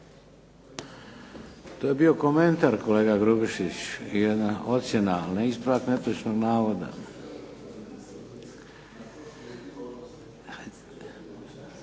To je bio komentar, jedna ocjena, ne ispravak netočnog navoda.